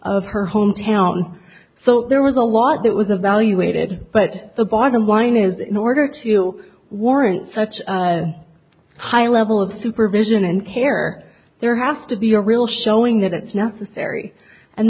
of her hometown so there was a lot that was evaluated but the bottom line is in order to warrant such a high level of supervision and care there has to be a real showing that it's necessary and